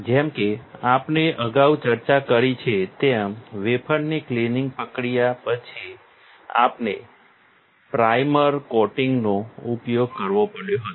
જેમ કે આપણે અગાઉ ચર્ચા કરી છે તેમ વેફરની ક્લિનિંગ પ્રક્રિયા પછી આપણે પ્રાઇમર કોટિંગનો ઉપયોગ કરવો પડ્યો હતો